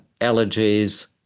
allergies